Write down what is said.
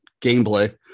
gameplay